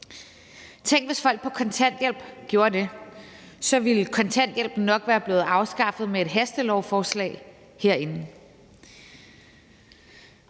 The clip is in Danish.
Tænk, hvis folk på kontanthjælp gjorde det. Så ville kontanthjælpen nok være blevet afskaffet med et hastelovforslag herinde.